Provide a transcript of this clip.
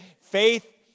Faith